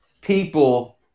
people